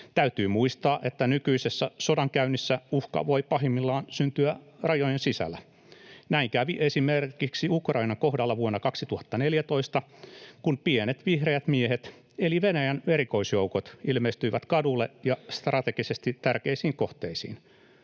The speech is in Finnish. Täytyy muistaa, että nykyisessä sodankäynnissä uhka voi pahimmillaan syntyä rajojen sisällä. Näin kävi esimerkiksi Ukrainan kohdalla vuonna 2014, kun pienet vihreät miehet eli Venäjän erikoisjoukot ilmestyivät kaduille ja strategisesti tärkeisiin kohteisiin.